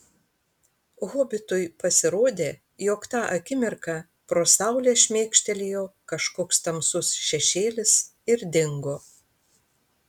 hobitui pasirodė jog tą akimirką pro saulę šmėkštelėjo kažkoks tamsus šešėlis ir dingo